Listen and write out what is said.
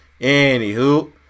Anywho